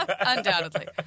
Undoubtedly